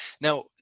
Now